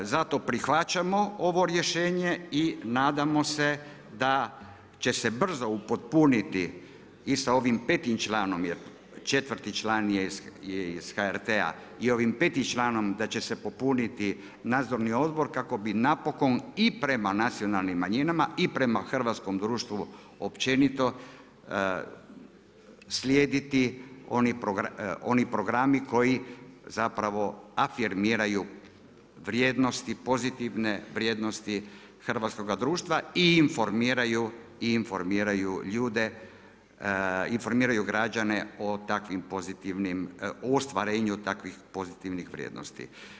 Zato prihvaćamo ovo rješenje i nadamo se da će se brzo upotpuniti i sa ovim petim članom, jer četvrti član je iz HRT-a i ovim petim članom da će se popuniti Nadzorni odbor kako bi napokon i prema nacionalnim manjinama i prema hrvatskom društvu općenito slijediti oni programi koji zapravo afirmiraju vrijednosti, pozitivne vrijednosti hrvatskoga društva i informiraju ljude, informiraju građane o takvim pozitivnim, o ostvarenju takvih pozitivnih vrijednosti.